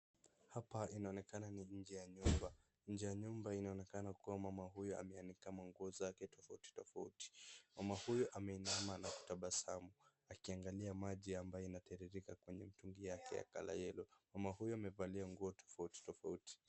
Hapa inaonekana ni nje ya nyumba, nje ya nyumba inaonekana kuwa mama huyu ameanika manguo zake tofauti tofauti, mama huyu ameinama na kutabasamu, akiangalia maji ambayo inatiririka kwenye mtungi yake ya colour yellow , mama huyu amevaa nguo ya rangi tofauti tofauti.